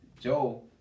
Joe